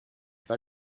pas